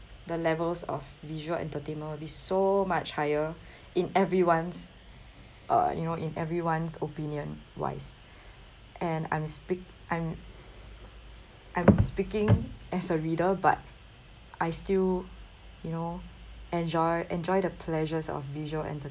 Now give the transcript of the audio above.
the levels of visual entertainment will be so much higher in everyone's uh you know in everyone's opinion wise and I'm speak I'm I'm speaking as a reader but I still you know enjoy enjoy the pleasures of visual